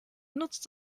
nutzt